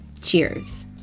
cheers